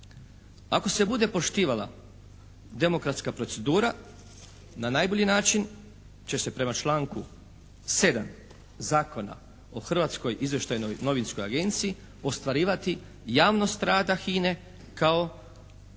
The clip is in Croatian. Ako se bude poštivala demokratska procedura na najbolji način će se prema članku 7. Zakona o Hrvatskoj izvještajnoj novinskoj agenciji ostvarivati javnost rada HINA-e kao